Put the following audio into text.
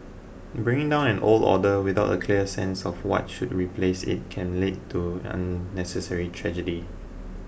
bringing down an old order without a clear sense of what should replace it can lead to unnecessary tragedy